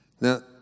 Now